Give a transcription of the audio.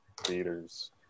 theaters